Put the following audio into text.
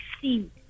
see